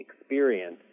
experience